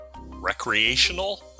Recreational